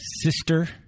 sister